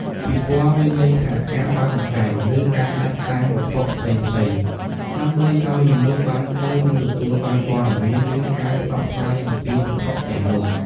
ពិព័រណ៍ មានន័យថា ការបើកបង្ហាញ ឬការដាក់តាំងវត្ថុផ្សេងៗ ដើម្បីឲ្យមនុស្សបានឃើញ និងទទួលបានព័ត៌មាន ឬការផ្សព្វផ្សាយអំពីវត្ថុទាំងនោះ។